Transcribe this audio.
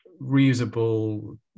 reusable